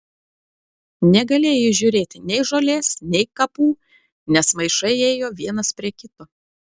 negalėjai įžiūrėti nei žolės nei kapų nes maišai ėjo vienas prie kito